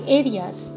areas